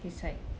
his side